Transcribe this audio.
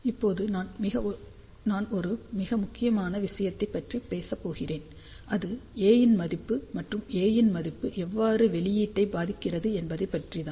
இப்போது நான் ஒரு மிக முக்கியமான விஷயத்தைப் பற்றி பேசப் போகிறேன் அது A இன் மதிப்பு மற்றும் A இன் மதிப்பு எவ்வாறு வெளியீட்டை பாதிக்கிறது என்பதை பற்றி தான்